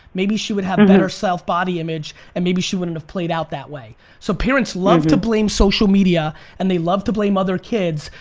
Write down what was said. maybe she would have better self body image and maybe she wouldn't have played out that way. so parents love to blame social media and they love to blame other kids,